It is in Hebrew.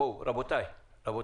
בואו, רבותיי, רבותיי.